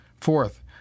Fourth